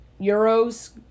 Euros